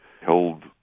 held